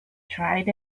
tried